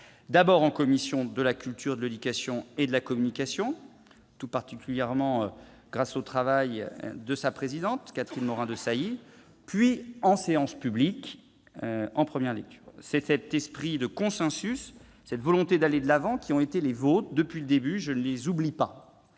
d'abord en commission de la culture, de l'éducation et de la communication, en particulier grâce au travail de la présidente de celle-ci, Catherine Morin-Desailly ; puis en séance publique, en première lecture. Cet esprit de consensus, cette volonté d'aller de l'avant ont été les vôtres depuis le début, je ne les oublie pas.